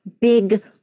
big